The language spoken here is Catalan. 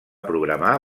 programar